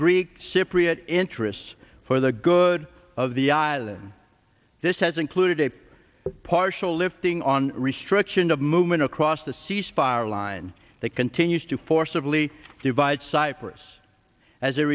greek cypriot interests for the good of the island this has included a partial lifting on restriction of movement across the ceasefire line that continues to forcibly divide cyprus as a